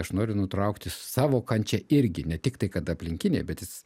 aš noriu nutraukti savo kančią irgi ne tik tai kad aplinkiniai bet jis